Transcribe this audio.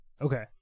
Okay